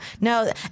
No